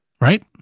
Right